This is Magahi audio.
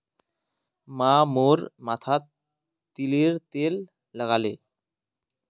माँ मोर माथोत तिलर तेल लगाले